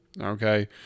okay